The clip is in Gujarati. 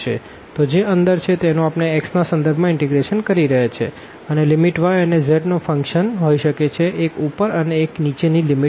તો જે અંદર છે તેનું આપણે x ના સંદર્ભમાં ઇન્ટીગ્રેશન કરી રહ્યા છે અને લિમિટ y અને z નો ફંકશન હોઈ શકે છે એક ઊપર અને એક નીચેની લિમિટ છે